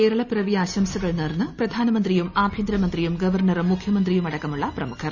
കേരളപ്പിറവി ആശംസകൾ നേർന്ന് പ്രധാനമന്ത്രിയും ആഭ്യന്തരമന്ത്രിയും ഗവർണറും മുഖൃമന്ത്രിയുമടക്കമുള്ള പ്രമുഖർ